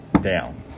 down